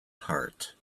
part